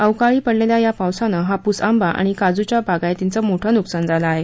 अवकाळी पडलेल्या या पावसानं हापुस आंबा आणि काजुच्या बागायतींचं मोठं नुकसान झालं आहे